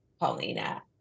Paulina